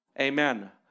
Amen